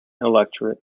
electorate